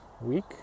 week